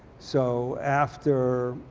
so after